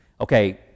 Okay